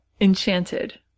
Enchanted